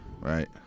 Right